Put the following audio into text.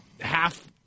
half—